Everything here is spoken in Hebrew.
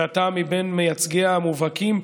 ושאתה ממייצגיה המובהקים,